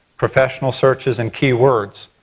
professional searches and keywords.